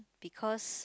because